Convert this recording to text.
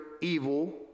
evil